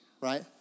right